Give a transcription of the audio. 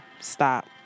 Stop